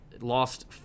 Lost